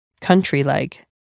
country-like